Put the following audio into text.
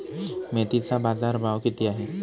मेथीचा बाजारभाव किती आहे?